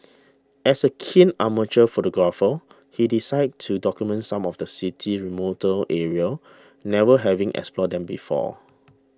as a keen amateur photographer he decided to document some of the city's remoter areas never having explored them before